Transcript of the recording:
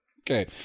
Okay